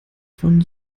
von